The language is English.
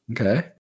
Okay